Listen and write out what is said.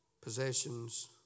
possessions